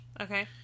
Okay